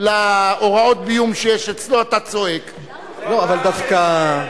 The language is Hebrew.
מדוע אנחנו חושבים שצריך לתת עדיפות לחינוך הממלכתי ולא לבתי-הספר